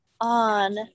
on